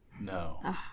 No